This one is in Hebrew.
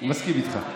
הוא מסכים איתך.